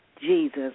Jesus